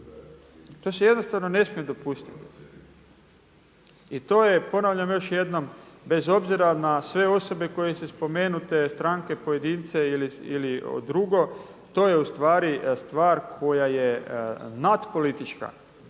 To se jednostavno ne smije dopustiti. I to je, ponavljam još jednom bez obzira na sve osobe koje su spomenute, stranke, pojedince ili drugo, to je ustvari stvar koja je nadpolitička,